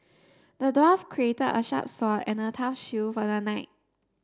the dwarf crafted a sharp sword and a tough shield for the knight